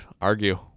argue